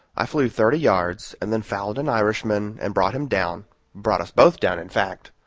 i flew thirty yards, and then fouled an irishman and brought him down brought us both down, in fact.